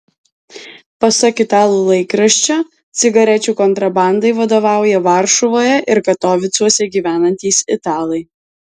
pasak italų laikraščio cigarečių kontrabandai vadovauja varšuvoje ir katovicuose gyvenantys italai